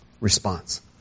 response